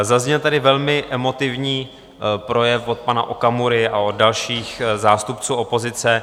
Zazněl tady velmi emotivní projev od pana Okamury a dalších zástupců opozice.